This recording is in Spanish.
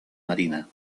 marina